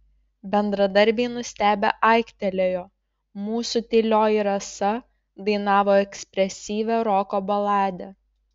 bendradarbiai nustebę aiktelėjo mūsų tylioji rasa dainavo ekspresyvią roko baladę